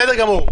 בסדר גמור.